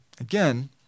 again